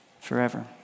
forever